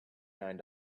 nine